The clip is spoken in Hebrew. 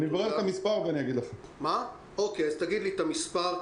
אני שמחה שאנחנו מדברים היום בכיוון אחר,